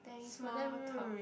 small talk